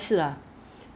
哪里买 Taobao